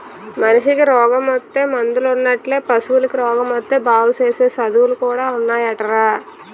మనిసికి రోగమొత్తే మందులున్నట్లే పశువులకి రోగమొత్తే బాగుసేసే సదువులు కూడా ఉన్నాయటరా